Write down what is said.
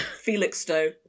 Felixstowe